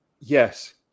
Yes